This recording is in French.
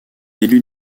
élue